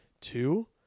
Two